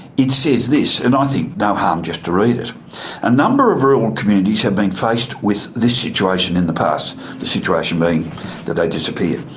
it says this, and i think no harm just to read it a number of rural communities have been faced with this situation in the past the situation being that they disappeared.